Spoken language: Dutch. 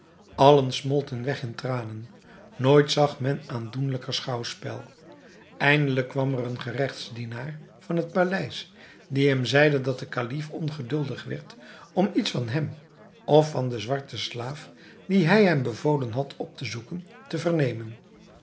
allen smolten weg in tranen nooit zag men aandoenlijker schouwspel eindelijk kwam er een geregtsdienaar van het paleis die hem zeide dat de kalif ongeduldig werd om iets van hem of van den zwarten slaaf dien hij hem bevolen had op te zoeken te vernemen